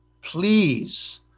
Please